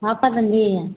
வாப்பா தம்பி